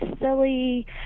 silly